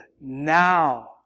now